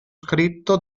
scritto